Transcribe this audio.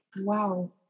wow